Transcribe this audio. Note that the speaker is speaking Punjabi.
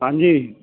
ਹਾਂਜੀ